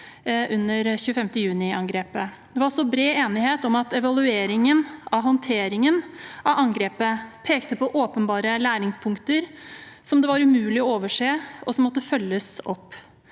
under 25. juni-angrepet. Det var også bred enighet om at evalueringen av håndteringen av angrepet pekte på åpenbare læringspunkter som det var umulig å overse, og som måtte følges opp.